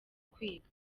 kwiga